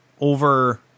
Over